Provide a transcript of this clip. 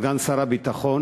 סגן שר הביטחון,